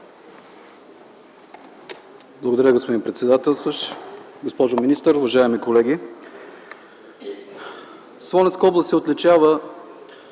Благодаря Ви, господин председателстващ. Госпожо министър, уважаеми колеги! Смолянска област се отличава